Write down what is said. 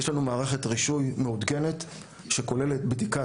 יש לנו מערכת רישוי מעודכנת שכוללת בדיקת